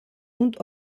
und